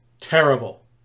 terrible